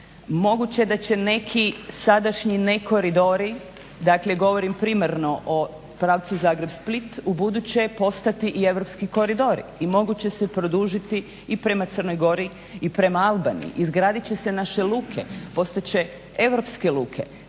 moguće da će neki sadašnji ne koridori, dakle, govorim primarno o pravcu Zagreb-Split ubuduće postati i europski koridori i moguće se produžiti i prema Crnoj Gori i prema Albaniji. Izgradit će se naše luke, postat će Europske luke.